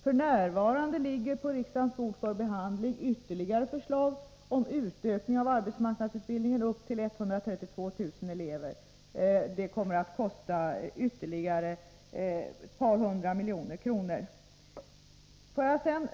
F.n. ligger på riksdagens bord för behandling ytterligare förslag om utökning av arbetsmarknadsutbildningen upp till 132 000 elever. Det kommer att kosta ytterligare ett par hundra miljoner kronor.